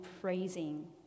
praising